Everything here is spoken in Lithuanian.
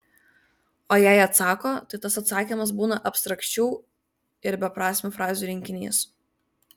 o jei atsako tai tas atsakymas būna abstrakčių ir beprasmių frazių rinkinys